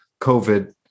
COVID